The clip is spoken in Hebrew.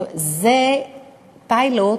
זה פיילוט